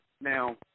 Now